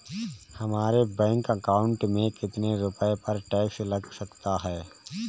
हमारे bank account में कितने रुपये पर टैक्स लग सकता है?